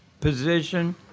position